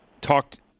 talked